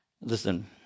listen